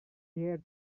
her